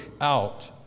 out